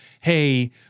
hey